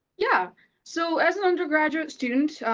yeah so as an undergraduate student,